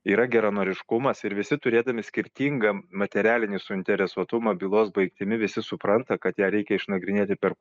yra geranoriškumas ir visi turėdami skirtingą materialinį suinteresuotumą bylos baigtimi visi supranta kad ją reikia išnagrinėti per